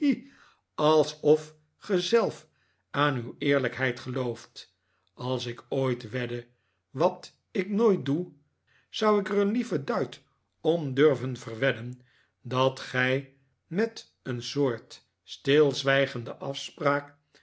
alsof gij zelf aan uw eerlijkheid gelooft als ik ooit wedde wat ik nooit doe zou ik er een lieven duit om durven verwedden dat gij met een soort stilzwijgende afspraak